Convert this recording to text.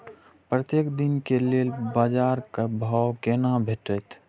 प्रत्येक दिन के लेल बाजार क भाव केना भेटैत?